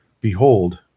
Behold